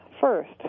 first